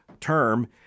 term